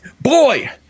boy